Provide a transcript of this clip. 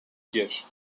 siège